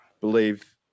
believe